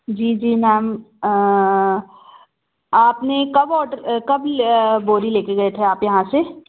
जी जी मैम आपने कब ऑर्डर कब ले बोरी लेकर गए थे आप यहाँ से